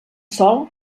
sol